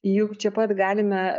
juk čia pat galime